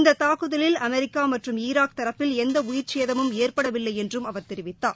இந்த தாக்குதலில் அமெரிக்கா மற்றும் ஈராக் தரப்பில் எந்த உயிர்ச்சேதமும் ஏற்படவில்லை என்றும் அவர் தெரிவித்தார்